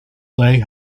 day